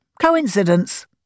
coincidence